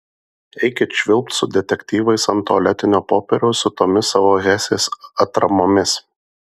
eikit švilpt su detektyvais ant tualetinio popieriaus su tomis savo hesės atramomis